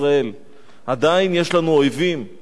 עדיין יש לנו אויבים לא מעטים,